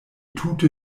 tute